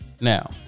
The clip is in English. Now